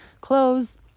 clothes